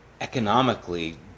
economically